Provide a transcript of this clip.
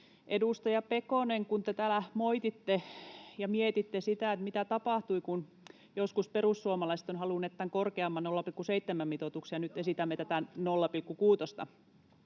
Edustaja Pekonen, kun te täällä moititte ja mietitte sitä, mitä tapahtui, kun joskus perussuomalaiset ovat halunneet tämän korkeamman 0,7:n mitoituksen [Vasemmalta: Joskus